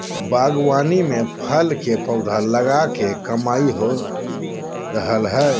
बागवानी में फल के पौधा लगा के कमाई हो रहल हई